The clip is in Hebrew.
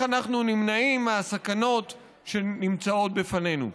אנחנו נמנעים מהסכנות שנמצאות לפנינו.